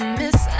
miss